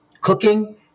cooking